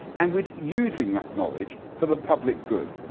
and with using that knowledge for the public good.